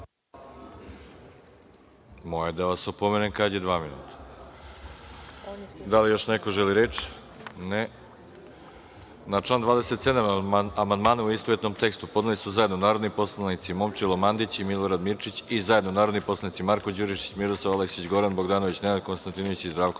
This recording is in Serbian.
**Veroljub Arsić** Zahvaljujem. Da li još neko želi reč? (Ne)Na član 27. amandmane, u istovetnom tekstu, podneli su zajedno narodni poslanici Momčilo Mandić i Milorad Mirčić i zajedno narodni poslanici Marko Đurišić, Miroslav Aleksić, Goran Bogdanović, Nenad Konstantinović i Zdravko